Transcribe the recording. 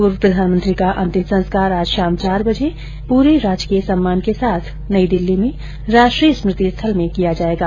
पूर्व प्रधानमंत्री का अंतिम संस्कार आज शाम चार बजे पूरे राजकीय सम्मान के साथ नई दिल्ली में राष्ट्रीय स्मृति स्थल में किया जायेगा